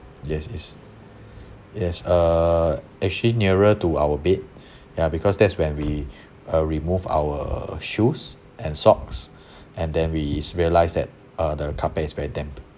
yes it's yes uh actually nearer to our bed ya because that's when we uh remove our shoes and socks and then we just realised that uh the carpet is very damp